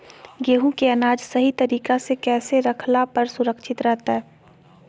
गेहूं के अनाज सही तरीका से कैसे रखला पर सुरक्षित रहतय?